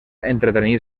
entretenir